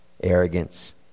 arrogance